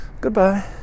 Goodbye